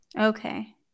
okay